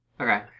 Okay